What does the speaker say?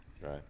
Right